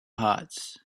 hearts